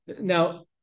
Now